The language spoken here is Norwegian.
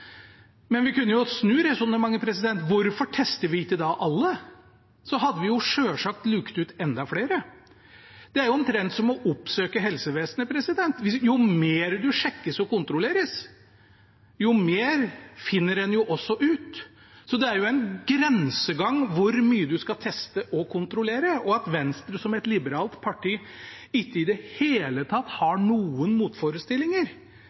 Men vi kunne jo snu resonnementet: Hvorfor tester vi ikke da alle? Da hadde vi jo selvsagt luket ut enda flere? Det er omtrent som å oppsøke helsevesenet: Jo mer en sjekkes og kontrolleres, jo mer finner en også ut. Så det er en grensegang hvor mye en skal teste og kontrollere. Venstre har altså som et liberalt parti ikke i det hele tatt noen motforestillinger